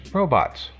robots